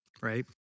right